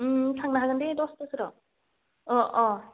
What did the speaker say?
थांनो हागोन दे दस्थाफोराव अ अ